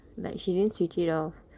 like she didn't switch it off